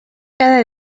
cada